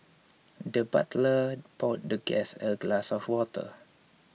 the butler poured the guest a glass of water